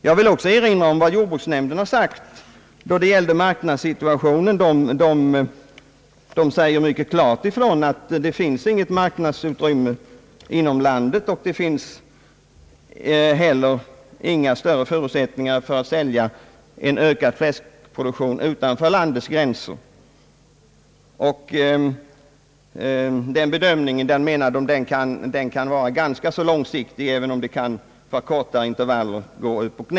Jag vill också erinra om vad jordbruksnämnden uttalat beträffande marknadssituationen: nämnden säger mycket klart ifrån att det inte finns något marknadsutrymme inom landet och heller inga större förutsättningar att sälja en ökad fläsk produktion utanför landets gränser. Den bedömningen kan enligt nämnden vara ganska långsiktig, även om läget ändras under kortare intervaller.